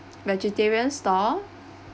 vegetarian stall